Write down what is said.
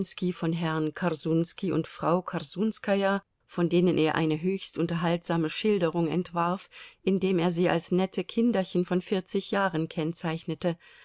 von herrn korsunski und frau korsunskaja von denen er eine höchst unterhaltsame schilderung entwarf indem er sie als nette kinderchen von vierzig jahren kennzeichnete